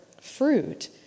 fruit